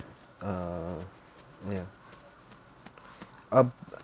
uh ya uh